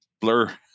blur